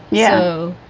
you know,